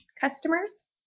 customers